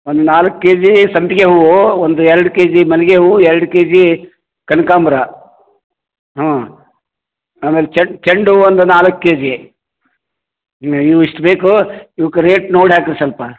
ಒಂದು ನಾಲ್ಕು ಕೆಜೀ ಸಂಪಿಗೆ ಹೂವು ಒಂದು ಎರಡು ಕೆಜಿ ಮಲ್ಲಿಗೆ ಹೂವು ಎರಡು ಕೆಜಿ ಕನಕಾಂಬ್ರ ಹ್ಞೂ ಆಮೇಲೆ ಚೆಂಡು ಚೆಂಡು ಹೂವು ಒಂದು ನಾಲ್ಕು ಕೆಜಿ ಇವು ಇಷ್ಟು ಬೇಕು ಇವ್ಕೆ ರೇಟ್ ನೋಡಿ ಹಾಕಿರಿ ಸ್ವಲ್ಪ